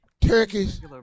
Turkeys